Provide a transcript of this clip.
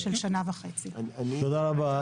תודה רבה.